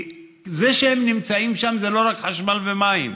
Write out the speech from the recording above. כי זה שהם נמצאים שם זה לא רק חשמל ומים.